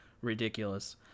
ridiculous